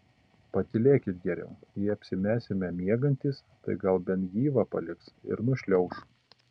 patylėkit geriau jei apsimesime miegantys tai gal bent gyvą paliks ir nušliauš